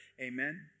Amen